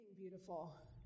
beautiful